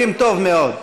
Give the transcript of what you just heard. יודעים טוב מאוד.